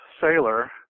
sailor